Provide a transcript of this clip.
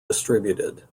distributed